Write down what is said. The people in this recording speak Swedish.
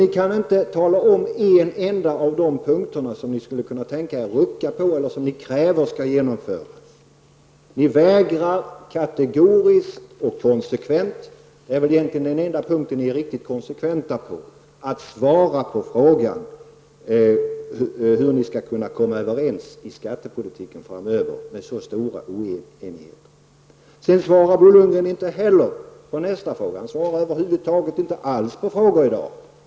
Ni kan inte tänka er att rucka på en enda av de punkterna eller kräva att de skall genomföras. Ni vägrar kategoriskt och konsekvent -- det är egentligen den enda punkten ni är riktigt konsekventa på -- att svara på frågan hur ni med så stor oenighet skall kunna komma överens i skattepolitiken framöver. Sedan svarade Bo Lundgren inte heller på nästa fråga. Han svarar över huvud taget inte på några frågor i dag.